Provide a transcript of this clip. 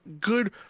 good